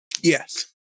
Yes